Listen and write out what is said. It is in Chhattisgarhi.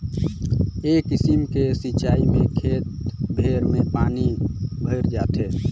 ए किसिम के सिचाई में खेत भेर में पानी भयर जाथे